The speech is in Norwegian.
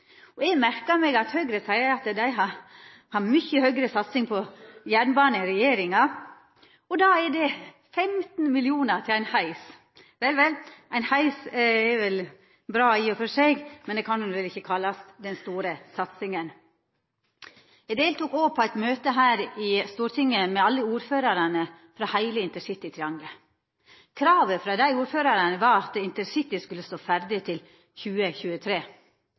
prosjekta. Eg merkar meg at Høgre seier at dei har mykje høgare satsing på jernbane enn regjeringa – og då er det 15 mill. kr til ein heis! Vel, vel ein heis er bra i og for seg, men det kan vel ikkje kallast den store satsinga. Eg deltok òg på eit møte her i Stortinget med alle ordførarane frå heile intercitytriangelet. Kravet frå ordførarane var at intercity skulle stå ferdig til 2023.